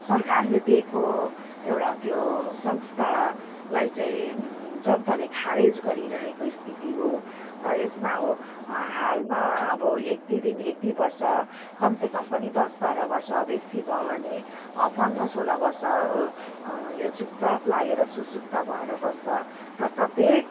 सरकारले दिएको एउटा त्यो संस्थालाई चाहिँ जनताले खारेज गरिरहेको स्थिति हो र यसमा अब हालमा अब एक दुई दिन एक दुई वर्ष कमसे कम पनि दस बाह्र वर्ष बेसी भयो भने पन्ध्र सोह्र वर्ष यो चुपचाप लागेर सुसुप्त भएर बस्छ र प्रत्येक